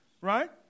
Right